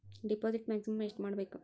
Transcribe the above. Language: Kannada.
ಡಿಪಾಸಿಟ್ ಮ್ಯಾಕ್ಸಿಮಮ್ ಎಷ್ಟು ಮಾಡಬೇಕು?